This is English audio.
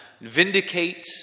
vindicate